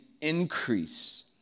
increase